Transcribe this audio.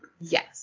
Yes